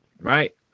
right